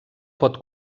pot